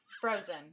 Frozen